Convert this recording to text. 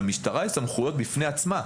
למשטרה יש סמכויות בפני עצמה,